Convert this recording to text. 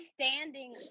standing